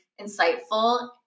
insightful